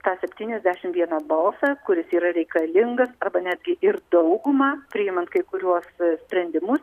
tą septyniasdešim vieną balsą kuris yra reikalingas arba netgi ir daugumą priimant kai kuriuos sprendimus